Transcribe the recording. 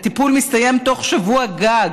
הטיפול מסתיים בתוך שבוע גג.